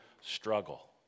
struggle